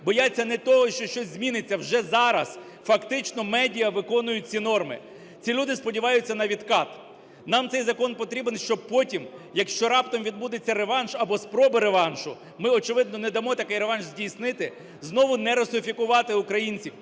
бояться не того, що щось зміниться. Вже зараз фактично медіа виконують ці норми. Ці люди сподіваються на відкат. Нам цей закон потрібен, щоб потім, якщо раптом відбудеться реванш або спроба реваншу, ми, очевидно, не дамо такий реванш здійснити, знову не русифікувати українців,